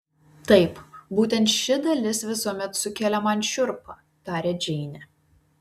taip būtent ši dalis visuomet sukelia man šiurpą tarė džeinė